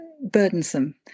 burdensome